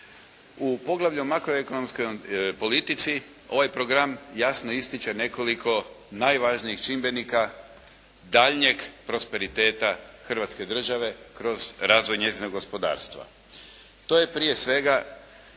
U poglavlju makro-ekonomskoj politici ovaj program jasno ističe nekoliko najvažnijih čimbenika daljnjeg prosperiteta Hrvatske Države kroz razvoj njezinog gospodarstva. To je prije svega